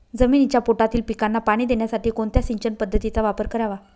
जमिनीच्या पोटातील पिकांना पाणी देण्यासाठी कोणत्या सिंचन पद्धतीचा वापर करावा?